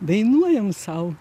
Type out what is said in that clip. dainuojam sau